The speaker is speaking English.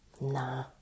Nah